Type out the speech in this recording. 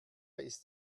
ist